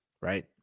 Right